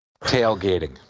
tailgating